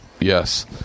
Yes